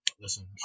Listen